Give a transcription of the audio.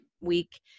week